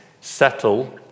settle